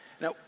Now